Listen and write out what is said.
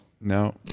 No